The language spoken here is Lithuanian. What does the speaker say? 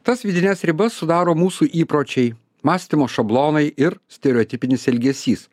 tas vidines ribas sudaro mūsų įpročiai mąstymo šablonai ir stereotipinis elgesys